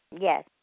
Yes